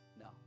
no